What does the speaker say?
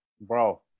bro